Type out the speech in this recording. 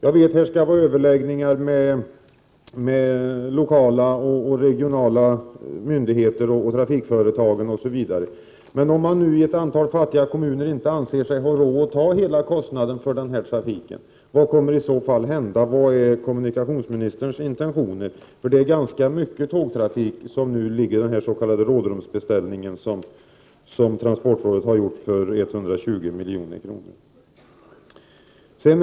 Jag vet att det skall ske överläggningar med lokala och regionala myndigheter och trafikföretag osv. Om man nu i ett antal fattiga kommuner inte anser sig ha råd att ta hela kostnaden, för trafiken, vad kommer i så fall att hända? Vilka är kommunikationsministerns intentioner? Det är ganska mycket tågtrafik som nu ligger i den s.k. rådrumsbeställning som transportrådet har gjort för 120 milj.kr.